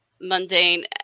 mundane